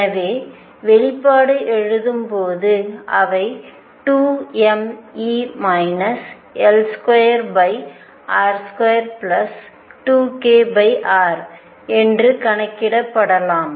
எனவே வெளிப்பாடு எழுதும் போது அவை 2mE L2r22kr என்று கணக்கிடப்படலாம்